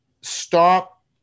stop